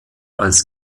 als